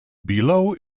below